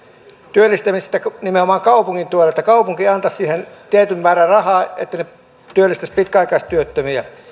työllistämisestä nimenomaan kaupungin puolelta että kaupunki antaisi siihen tietyn määrän rahaa että yrittäjät työllistäisivät pitkäaikaistyöttömiä